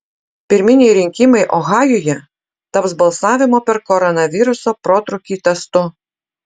pirminiai rinkimai ohajuje taps balsavimo per koronaviruso protrūkį testu